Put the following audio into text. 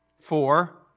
four